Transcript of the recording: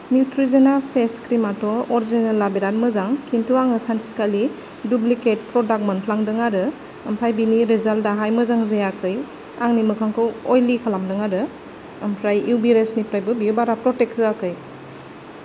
Neutrogena face क्रिमाथ' अरिजिनेला बिराद मोजां खिन्थु आङो सानसेखालि डुप्लिकेट प्रडाक्ट मोनफ्लांदों आरो ओमफ्राय बिनि रिजाल्टाहाय मोजां जायाखै आंनि मोखांखौ अइलि खालामदों आरो ओमफ्राय इउ भि रैसनिफ्रायबो बियो बारा प्रटेक्ट होआखै